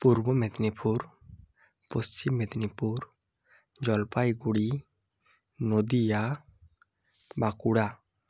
Purba Medinipur Paschim Medinipur Jalpaiguri Nadia Bankura